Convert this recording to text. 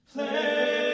Play